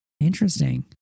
Interesting